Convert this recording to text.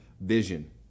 vision